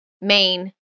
main